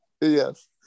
Yes